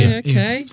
okay